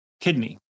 kidney